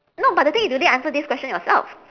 no but the thing is you didn't answer this question yourself